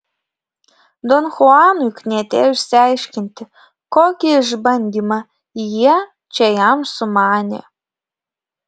don chuanui knietėjo išsiaiškinti kokį išbandymą jie čia jam sumanė